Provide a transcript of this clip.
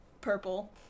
purple